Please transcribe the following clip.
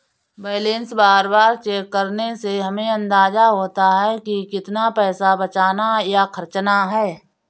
balance बार बार check करने से हमे अंदाज़ा होता है की कितना पैसा बचाना या खर्चना है